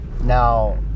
Now